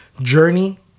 journey